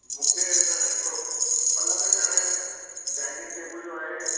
मूंखे त हिकिड़ो पलंग ठाहिणा आहिनि डाइनिंग टेबल जो आहे